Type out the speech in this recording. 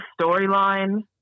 storyline